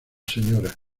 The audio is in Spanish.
sra